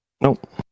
Nope